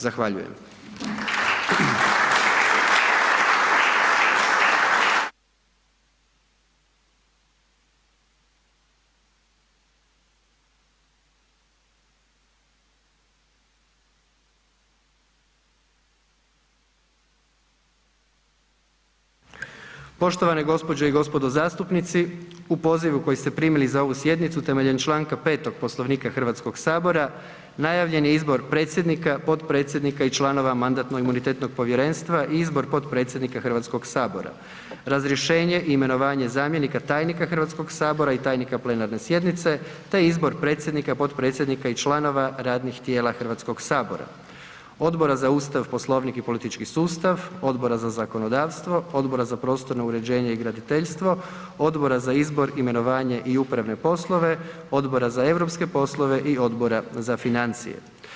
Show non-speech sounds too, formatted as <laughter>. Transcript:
Zahvaljujem. <applause> Poštovane gospođe i gospodo zastupnici, u pozivu koji ste primili za ovu sjednicu temeljem čl. 5. Poslovnika Hrvatskog sabora, najavljen je izbor predsjednika, potpredsjednika i članova Mandatno-imunitetnog povjerenstva i izbor potpredsjednika Hrvatskog sabora, razrješenje i imenovanje zamjenika tajnika Hrvatskog sabora i tajnika plenarne sjednice te izbor predsjednika, potpredsjednika i članova radnih tijela Hrvatskog sabora Odbora za Ustav, Poslovnik i politički sustav, Odbora za zakonodavstvo, Odbora za prostorno uređenje i graditeljstvo, Odbora za izbor, imenovanje i upravne poslove, Odbora za europske poslove i Odbora za financije.